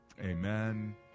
Amen